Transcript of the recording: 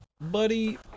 Buddy